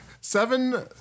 seven